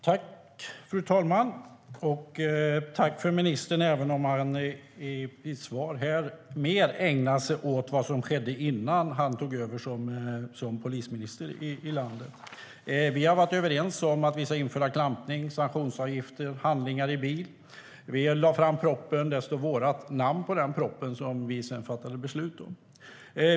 Fru talman! Jag tackar ministern, även om han i sitt svar mer ägnar sig åt vad som skedde innan han tog över som polisminister. Vi har varit överens om att införa klampning, sanktionsavgifter, handlingar i bil. Vi lade fram propositionen. Det står vårt namn på den proposition som vi sedan fattade beslut om.